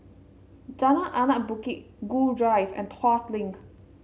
Jalan Anak Bukit Gul Drive and Tuas Link